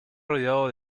rodeado